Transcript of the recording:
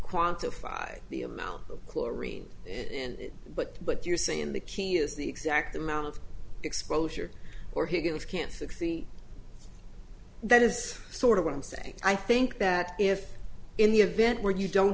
quantify the amount of chlorine in it but but you're saying the key is the exact amount of exposure or higgens can succeed that is sort of what i'm saying i think that if in the event where you don't